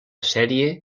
sèrie